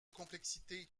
complexité